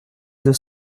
deux